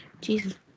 Jesus